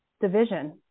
division